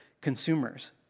consumers